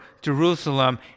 Jerusalem